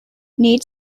need